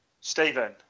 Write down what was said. Stephen